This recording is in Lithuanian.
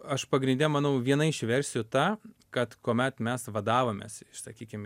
aš pagrinde manau viena iš versijų ta kad kuomet mes vadavomės iš sakykim